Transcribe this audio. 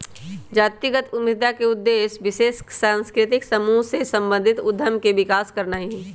जातिगत उद्यमिता का उद्देश्य विशेष सांस्कृतिक समूह से संबंधित उद्यम के विकास करनाई हई